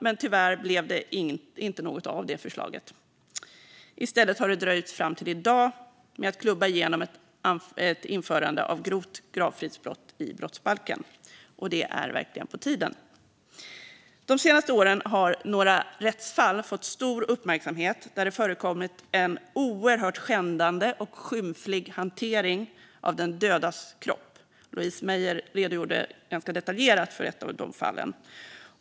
Men tyvärr blev det inte något av det förslaget. I stället har det dröjt fram till i dag innan vi kunnat klubba igenom ett införande av grovt gravfridsbrott i brottsbalken. Det är verkligen på tiden. De senaste åren har några rättsfall där det förekommit en oerhört skändande och skymflig hantering av den dödas kropp fått stor uppmärksamhet. Louise Meijer redogjorde ganska detaljerat för ett av dessa fall.